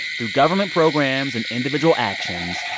through government programs and individual actions,